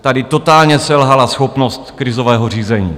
Tady totálně selhala schopnost krizového řízení.